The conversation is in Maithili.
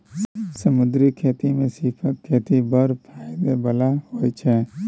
समुद्री खेती मे सीपक खेती बड़ फाएदा बला होइ छै